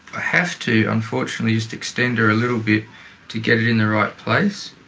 have to unfortunately just extend her a little bit to get it in the right place.